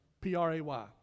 P-R-A-Y